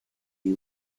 you